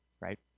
right